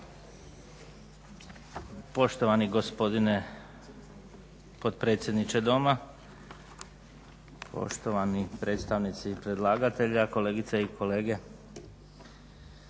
Poštovani gospodine potpredsjedniče Doma, poštovani predstavnici predlagatelja, kolegice i kolege.